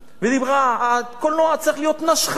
והיא אמרה: הקולנוע צריך להיות נשכני.